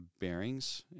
bearings